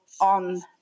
on